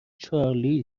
چارلی